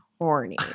horny